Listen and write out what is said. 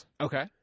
Okay